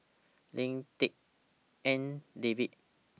Lim Tik En David